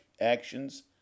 actions